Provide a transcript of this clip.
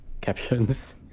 captions